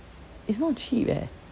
it's not cheap eh